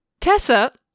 Tessa